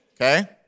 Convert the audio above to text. okay